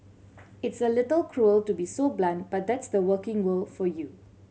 it's a little cruel to be so blunt but that's the working world for you